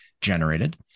generated